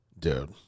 dude